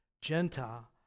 Gentile